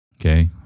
Okay